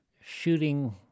shooting